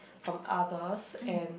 from others and